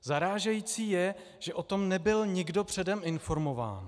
Zarážející je, že o tom nebyl nikdo předem informován.